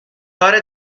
کار